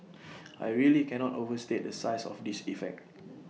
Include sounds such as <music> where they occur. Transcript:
<noise> I really cannot overstate the size of this effect